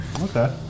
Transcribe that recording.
Okay